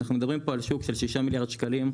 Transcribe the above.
אנחנו מדברים פה על שוק של 6 מיליארד שקלים,